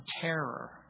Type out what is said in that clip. terror